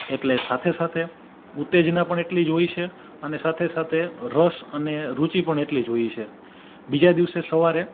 એટલે સાથે સાથે ઉત્તેજના પણ એટલી જ હોય છે અને સાથે સાથે રસ અને રુચિ પણ એટલી જ હોય છે બીજા દિવસે સવારે